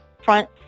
front